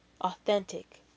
authentic